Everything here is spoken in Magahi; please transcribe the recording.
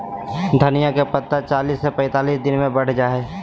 धनिया के पत्ता चालीस से पैंतालीस दिन मे बढ़ जा हय